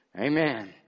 Amen